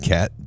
Cat